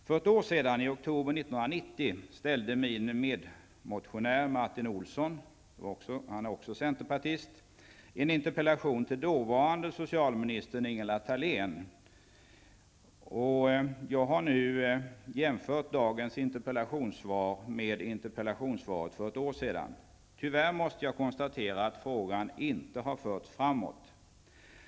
För ett år sedan, i oktober 1990, ställde min medmotionär Martin Olsson -- han är också centerpartist -- en interpellation till dåvarande socialministern Ingela Jag har nu jämfört dagens interpellationssvar med interpellationssvaret för ett år sedan. Jag måste tyvärr konstatera att frågan inte har förts framåt.